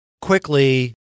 quickly-